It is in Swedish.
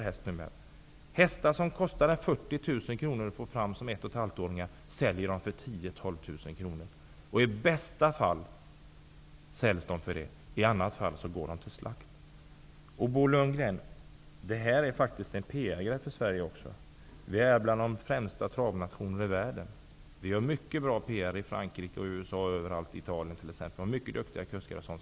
Hästar som kostat 40 000 kronor vid ett och halvt års ålder säljs i bästa fall för 12 000 kronor och i sämsta fall går de till slakt. Travsporten ger faktiskt Sverige PR, Bo Lundgren. Sverige är en av de främsta travnationerna i världen, och våra duktiga ger Sverige en mycket bra PR i Frankrike, USA, Italien och andra länder.